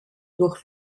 durch